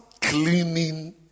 cleaning